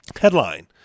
Headline